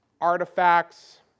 artifacts